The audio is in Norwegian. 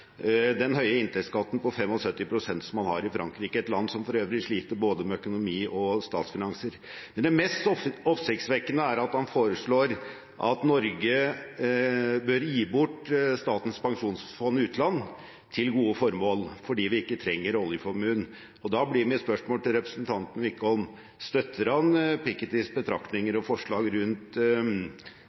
den høye inntektsskatten på 75 pst. som man har i Frankrike, et land som for øvrig sliter med både økonomi og statsfinanser. Men det mest oppsiktsvekkende er at han foreslår at Norge bør gi bort Statens pensjonsfond utland til gode formål fordi vi ikke trenger oljeformuen. Da blir mitt spørsmål til representanten Wickholm: Støtter han Pikettys betraktninger og forslag rundt